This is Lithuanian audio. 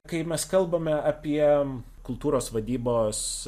kai mes kalbame apie kultūros vadybos